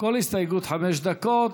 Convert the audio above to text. כל הסתייגות חמש דקות.